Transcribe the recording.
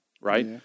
right